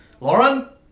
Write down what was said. Lauren